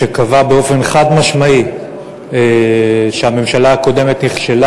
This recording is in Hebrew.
שקבע באופן חד-משמעי שהממשלה הקודמת נכשלה